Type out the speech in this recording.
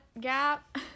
gap